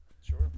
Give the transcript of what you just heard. Sure